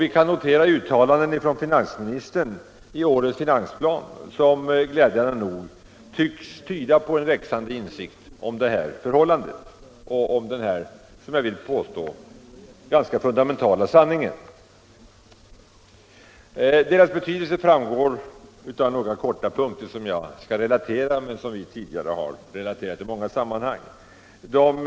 Vi kan notera uttalanden av finansministern i årets finansplan som glädjande nog tycks tyda på en växande insikt om denna, som jag vill påstå, ganska fundamentala sanning. Dessa företags betydelse framgår av några punkter som jag skall relatera och som vi tidigare i många sammanhang har relaterat.